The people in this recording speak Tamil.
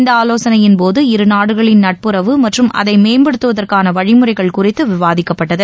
இந்த ஆலோசனையின்போது இரு நாடுகளின் நட்புறவு மற்றும் அதை மேம்படுத்துவதற்கான வழிமுறைகள் குறித்து விவாதிக்கப்பட்டது